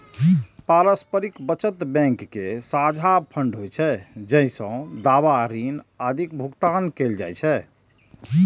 पारस्परिक बचत बैंक के साझा फंड होइ छै, जइसे दावा, ऋण आदिक भुगतान कैल जाइ छै